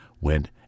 went